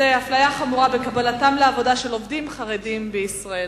חמורה בקבלת עובדים חרדים לעבודה בישראל,